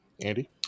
Andy